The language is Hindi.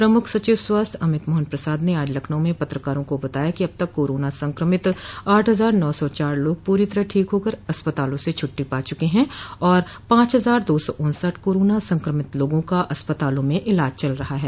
प्रमुख सचिव स्वास्थ्य अमित मोहन प्रसाद ने आज लखनऊ में पत्रकारों को बताया कि अब तक कोरोना संक्रमित आठ हजार नौ सौ चार लोग पूरो तरह ठीक होकर अस्पतालों से छुट्टी पा चुके हैं और पांच हजार दो सौ उन्सठ कोरोना संक्रमित लोगों का अस्पतालों में इलाज चल रहा है